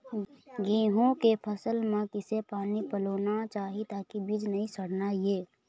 गेहूं के फसल म किसे पानी पलोना चाही ताकि बीज नई सड़ना ये?